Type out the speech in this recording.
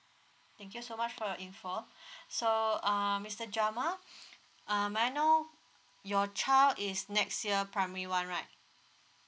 thank you so much for your info so uh mister jamal um may I know your child is next year primary one right